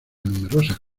numerosas